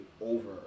over